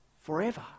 forever